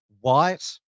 white